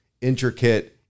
intricate